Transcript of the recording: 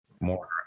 More